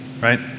right